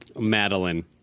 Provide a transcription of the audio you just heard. Madeline